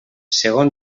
segon